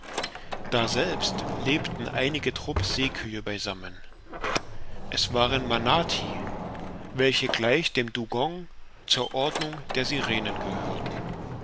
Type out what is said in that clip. daselbst lebten einige trupp seekühe beisammmen es waren manati welche gleich dem dugong zur ordnung der sirenen gehören